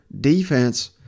defense